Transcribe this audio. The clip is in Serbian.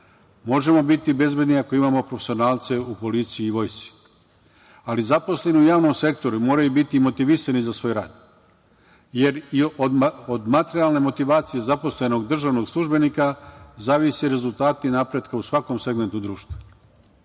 možemo biti bezbedni ako imamo profesionalce u policiji i vojsci. Ali, zaposleni u javnom sektoru moraju biti motivisani za svoj rad, jer i od materijalne motivacije zaposlenog državnog službenika zavise rezultati napretka u svakom segmentu društva.U